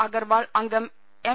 അഗർവാൾ അംഗം എം